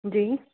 जी